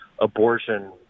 abortion